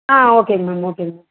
ஆ ஓகேங்க மேம் ஓகேங்க மேம்